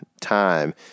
time